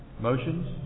Motions